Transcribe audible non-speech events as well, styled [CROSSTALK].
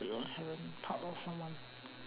[NOISE] inherent part of someone